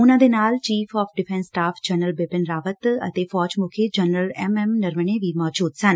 ਉਨਾਂ ਦੇ ਨਾਲ chief of defence staff general Bipin Rawat ਅਤੇ ਫੌਜ ਮੁੱਖੀ ਜਨਰਲ ਐਮ ਐਮ ਨਰਵਣੇ ਵੀ ਮੌਜੁਦ ਸਨ